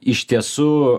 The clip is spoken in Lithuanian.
iš tiesų